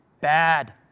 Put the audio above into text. bad